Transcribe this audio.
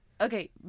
Okay